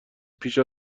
پیش